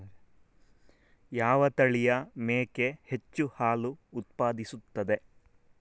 ಯಾವ ತಳಿಯ ಮೇಕೆ ಹೆಚ್ಚು ಹಾಲು ಉತ್ಪಾದಿಸುತ್ತದೆ?